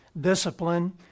discipline